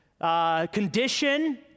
condition